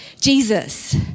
Jesus